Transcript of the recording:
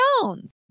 Jones